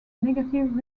negative